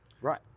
Right